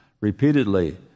repeatedly